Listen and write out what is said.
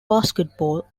basketball